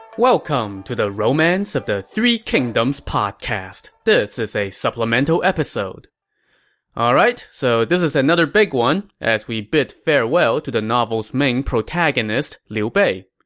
welcome to the romance of the three kingdoms podcast. this is a supplemental episode alright, so this is another big one, as we bid farewell to the novel's main protagonist, liu bei.